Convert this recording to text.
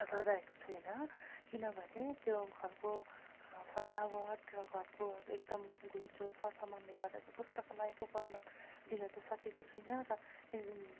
सजाएको छुइनँ किनभने त्यो घरको सजावट र घरको अब एकदम घुइँचो सर सामानले गर्दा चाहिँ पुस्तकालयको वर्णन दिन चाहिँ सकेको छुइनँ र